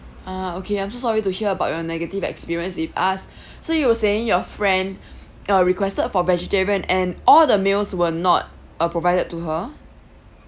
ah okay I'm so sorry to hear about your negative experience with us so you were saying your friend uh requested for vegetarian and all the meals were not uh provided to her